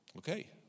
Okay